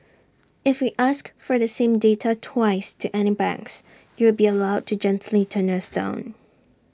if we ask for the same data twice to any banks you will be allowed to gently turn us down